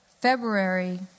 February